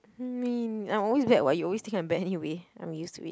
I mean I'm always bad [what] you always think I'm bad anyway I'm used to it